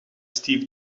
steve